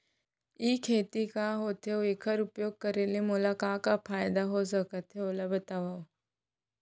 ई खेती का होथे, अऊ एखर उपयोग करे ले मोला का का फायदा हो सकत हे ओला बतावव?